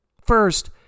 First